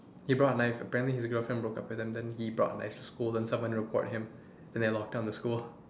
he brought a knife apparently his girlfriend broke up with him then he brought a knife to school then someone report him then they lock down the school